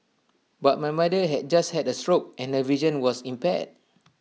but my mother had just had A stroke and her vision was impaired